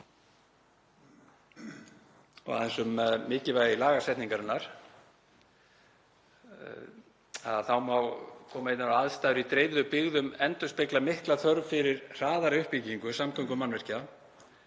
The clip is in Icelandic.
Aðeins um mikilvægi lagasetningarinnar, þá má koma inn á að aðstæður í dreifðum byggðum endurspegla mikla þörf fyrir hraðari uppbyggingu samgöngumannvirkja.